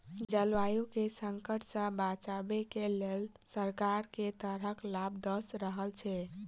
जलवायु केँ संकट सऽ बचाबै केँ लेल सरकार केँ तरहक लाभ दऽ रहल छै?